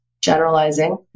generalizing